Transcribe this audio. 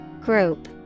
Group